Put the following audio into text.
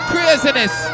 Craziness